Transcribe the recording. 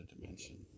dimension